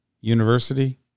University